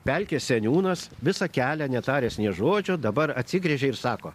pelkė seniūnas visą kelią netaręs nė žodžio dabar atsigręžė ir sako